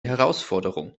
herausforderung